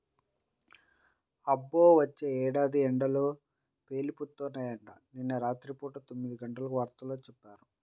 అబ్బో, వచ్చే ఏడాది ఎండలు పేలిపోతాయంట, నిన్న రాత్రి పూట తొమ్మిదిగంటల వార్తల్లో చెప్పారు